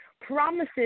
promises